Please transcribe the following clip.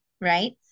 right